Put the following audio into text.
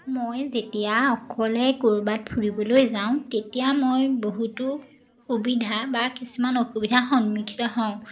মই যেতিয়া অকলে ক'ৰবাত ফুৰিবলৈ যাওঁ তেতিয়া মই বহুতো সুবিধা বা কিছুমান অসুবিধাৰ সন্মুখীন হওঁ